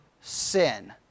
sin